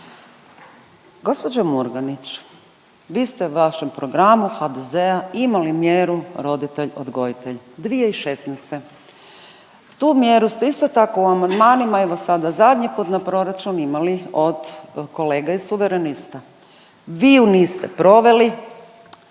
Gđo Murganić, vi ste u vašem programu HDZ-a imali mjeru roditelj-odgojitelj, 2016. Tu mjeru ste isto tako u amandmanima, evo sada zadnji put na proračun, imali od kolege iz Suverenista. Vi ju niste proveli,